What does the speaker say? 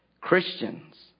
Christians